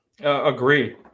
Agree